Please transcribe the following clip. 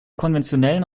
konventionellen